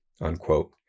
unquote